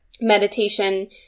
meditation